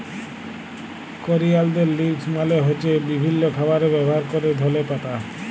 করিয়ালদের লিভস মালে হ্য়চ্ছে বিভিল্য খাবারে ব্যবহার ক্যরা ধলে পাতা